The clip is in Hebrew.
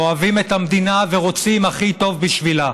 אוהבים את המדינה ורוצים הכי טוב בשבילה,